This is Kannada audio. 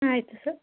ಹಾಂ ಆಯಿತು ಸರ್